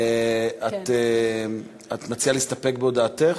את מציעה להסתפק בהודעתך?